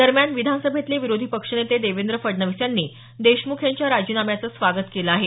दरम्यान विधान सभेतले विरोधी पक्ष नेते देवेंद्र फडणवीस यांनी देशमुख यांच्या राजीनाम्याचं स्वागत केलं आहे